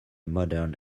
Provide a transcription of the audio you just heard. modern